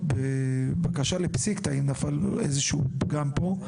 בבקשה לפסיקתה אם נפל איזה שהוא פגם פה.